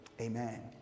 Amen